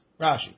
Rashi